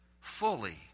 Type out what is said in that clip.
fully